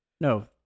no